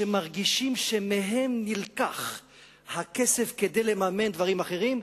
שמרגישים שמהם נלקח הכסף כדי לממן דברים אחרים,